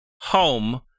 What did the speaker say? home